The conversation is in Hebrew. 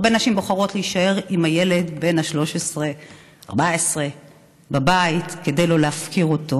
הרבה נשים בוחרות להישאר עם הילד בן ה-14-13 בבית כדי שלא להפקיר אותו,